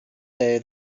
day